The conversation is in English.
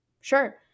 sure